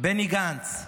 בני גנץ,